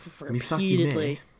repeatedly